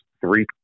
three